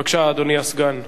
בבקשה, אדוני הסגן.